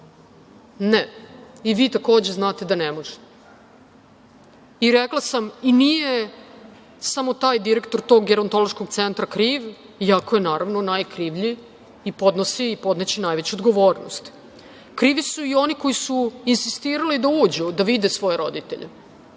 Ne i vi takođe znate da ne možete. Rekla sam, i nije samo taj direktor tog gerontološkog centra kriv, iako je najkrivlji, i podnosi i podneće najveću odgovornost. Krivi su i oni koji su insistirali da uđu da vide svoje roditelje,